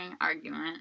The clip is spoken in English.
argument